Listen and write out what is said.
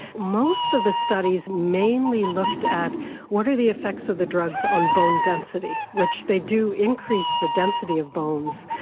most of the studies mainly looked at what are the effects of the drugs on bone density, which they do increase the density of bones.